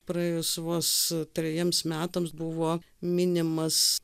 praėjus vos trejiems metams buvo minimas